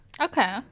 okay